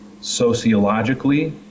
sociologically